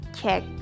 check